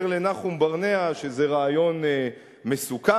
אומר לנחום ברנע שזה רעיון מסוכן,